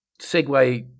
segue